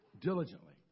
diligently